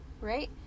right